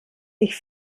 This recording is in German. ich